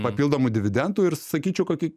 papildomų dividentų ir sakyčiau koki